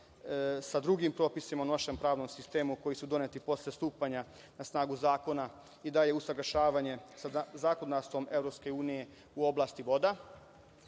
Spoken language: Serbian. sa drugim propisima u našem pravnom sistemu koji su doneti posle stupanja na snagu zakona i dalje usaglašavanje sa zakonodavstvom EU u oblasti voda.